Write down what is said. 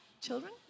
children